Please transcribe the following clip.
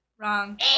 Wrong